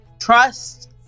trust